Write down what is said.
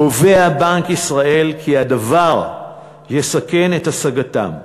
הדבר יסכן, קובע בנק ישראל, את השגתם.